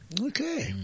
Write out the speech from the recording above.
Okay